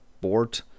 board